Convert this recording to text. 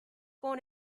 born